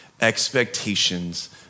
Expectations